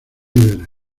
víveres